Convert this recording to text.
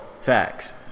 facts